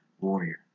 warrior